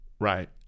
right